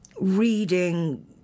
reading